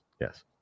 yes